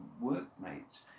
workmates